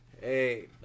hey